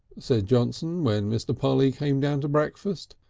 said johnson, when mr. polly came down to breakfast,